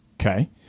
Okay